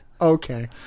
Okay